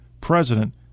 president